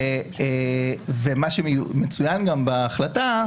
ומה שמצוין גם בהחלטה,